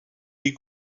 wie